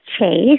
Chase